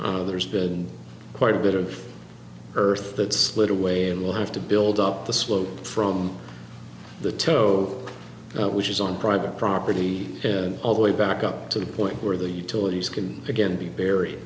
on there's been quite a bit of earth that split away and will have to build up the slope from the toe which is on private property and all the way back up to the point where the utilities can again be buried